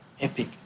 epic